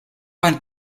vingt